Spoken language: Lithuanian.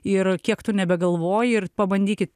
ir kiek tu nebegalvoji ir pabandykit